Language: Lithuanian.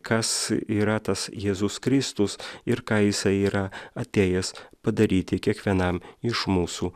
kas yra tas jėzus kristus ir ką jisai yra atėjęs padaryti kiekvienam iš mūsų